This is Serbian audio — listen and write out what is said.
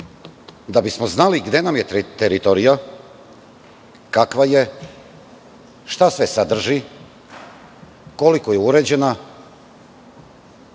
Da bismo znali gde nam je teritorija, kakva je, šta sve sadrži, koliko je uređena,